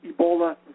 Ebola